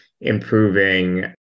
improving